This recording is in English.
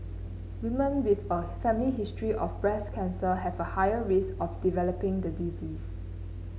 women with a family history of breast cancer have a higher risk of developing the disease